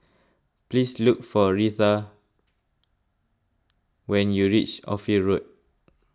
please look for Reatha when you reach Ophir Road